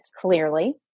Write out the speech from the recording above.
clearly